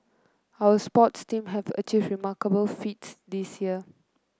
our sports team have achieved remarkable feats this year